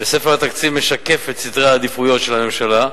וספר התקציב משקף את סדרי העדיפויות של הממשלה,